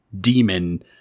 demon